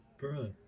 bro